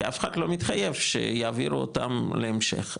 כי אף אחד לא מתחייב שיעבירו אותם להמשך.